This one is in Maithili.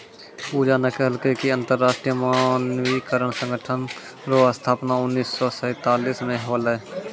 पूजा न कहलकै कि अन्तर्राष्ट्रीय मानकीकरण संगठन रो स्थापना उन्नीस सौ सैंतालीस म होलै